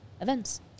events